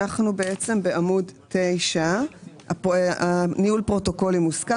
אנחנו בעצם בעמוד 9. ניהול פרוטוקולים מוסכם.